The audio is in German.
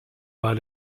war